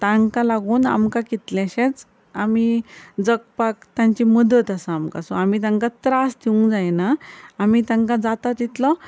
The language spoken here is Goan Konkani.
तांकां लागून आमकां कितलेशेच आमी जगपाक तांची मदत आसा आमकां सो आमी तांकां त्रास दिवंक जायना आमी तांकां जाता तितलो